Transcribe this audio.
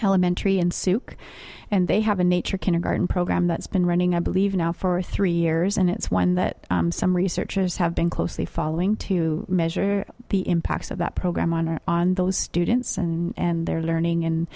elementary in souk and they have a nature kindergarten program that's been running i believe now for three years and it's one that some researchers have been closely following to measure the impacts of that program on or on those students and their learning and